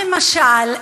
למשל,